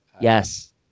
Yes